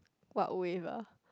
what wave ah